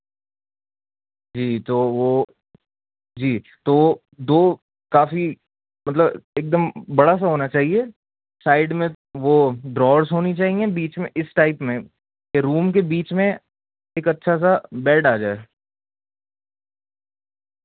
جی تو وہ جی تو دو کافی مطلب ایک دم بڑا سا ہونا چاہیے سائڈ میں وہ ڈراورس ہونی چاہیے بیچ میں اس ٹائپ میں روم کے بیچ میں ایک اچھا سا بیڈ آ جائے